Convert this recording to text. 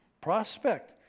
prospect